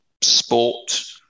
sport